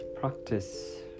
practice